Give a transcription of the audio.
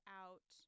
out